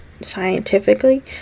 scientifically